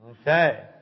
Okay